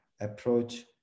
approach